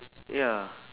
ya